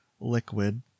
liquid